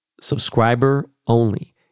subscriber-only